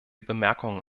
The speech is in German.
bemerkungen